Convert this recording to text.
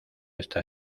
esta